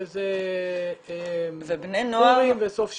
שזה פורים וסוף שנה.